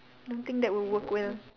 don't think that would work well